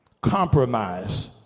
compromise